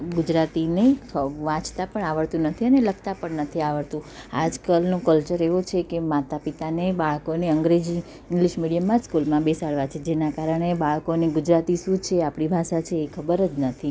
ગુજરાતીને વાંચતાં પણ આવડતું નથી અને લખતાં પણ નથી આવડતું આજકાલનો કલ્ચર એવો છે કે માતાપિતાને બાળકોને અંગ્રેજી ઇંગ્લિશ મિડીયમમાં જ સ્કૂલમાં બેસાડવા છે જેના કારણે બાળકોની ગુજરાતી શું છે આપણી ભાષા છે એ ખબર જ નથી